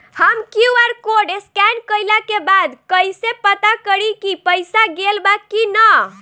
हम Q R code scan कइला के बाद कइसे पता करि की पईसा गेल बा की न?